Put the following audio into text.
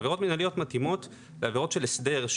עבירות מנהלתיות מתאימות לעבירות של הסדר,